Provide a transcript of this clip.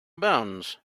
abounds